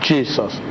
Jesus